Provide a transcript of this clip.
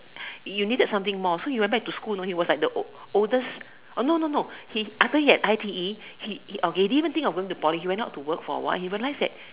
you needed something more so he went back to school know he was like the old oldest oh no no no he after he had I_T_E he he okay he didn't even think of going to Poly he went out to work for a while he realised that